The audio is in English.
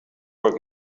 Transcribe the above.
work